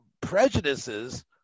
prejudices